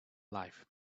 life